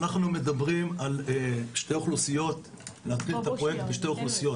אנחנו מדברים על להתחיל את הפרויקט עם שתי אוכלוסיות,